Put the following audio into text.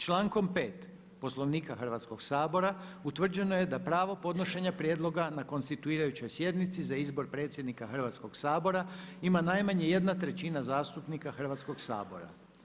Člankom 5. Poslovnika Hrvatskog sabora utvrđeno je da pravo podnošenja prijedloga na Konstituirajućoj sjednici za izbor predsjednika Hrvatskog sabora ima najmanje jedna trećina zastupnika Hrvatskog sabora.